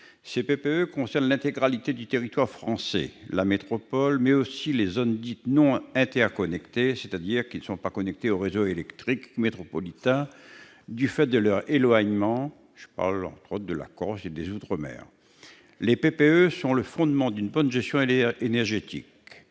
Ces PPE concernent l'intégralité du territoire français : la métropole, mais aussi les zones dites non interconnectées, c'est-à-dire qui ne sont pas connectées au réseau électrique métropolitain du fait de leur éloignement ; je pense à la Corse et aux outre-mer. Les PPE sont le fondement d'une bonne gestion énergétique.